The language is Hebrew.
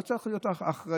לא צריכה להיות אחריות